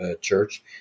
church